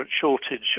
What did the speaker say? shortage